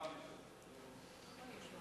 אתה מחליף את,